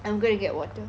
I'm going to get water